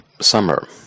summer